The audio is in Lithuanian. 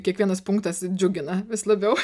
kiekvienas punktas džiugina vis labiau